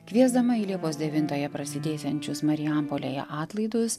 kviesdama į liepos devintąją prasidėsiančius marijampolėje atlaidus